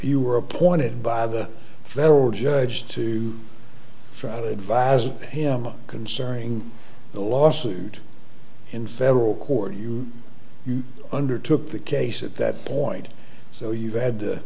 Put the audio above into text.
you were appointed by the federal judge to front advise him concerning the lawsuit in federal court you undertook the case at that point so you had to